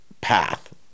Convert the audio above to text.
path